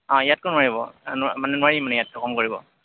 অঁ ইয়াতকৈ নোৱাৰিব মানে নোৱাৰি মানে ইয়াতকৈ কম কৰিব